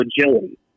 agility